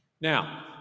now